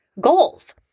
goals